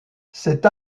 cette